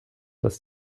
dass